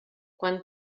quan